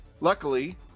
Luckily